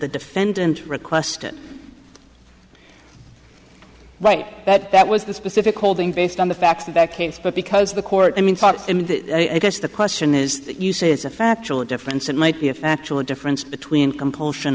the defendant requested right that that was the specific holding based on the facts to back case but because the court i mean i guess the question is that you say is a factual difference it might be a factual difference between compulsion